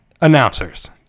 announcers